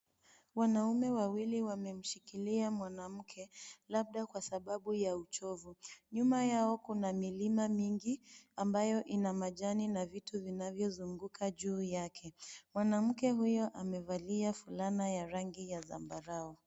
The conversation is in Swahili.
Wanaume wawili wamemshikilia mwanamke labda kwa sababu ya uchovu. Nyuma yao kuna milima mingi ambayo ina majani na vitu vinavyo zunguka juu yake. Mwanamke huyu amevalia fulana ya rangi ya zambarau.